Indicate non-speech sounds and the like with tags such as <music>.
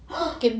<noise>